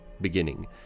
beginning